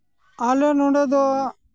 ᱟᱞᱮ ᱱᱚᱸᱰᱮ ᱫᱚ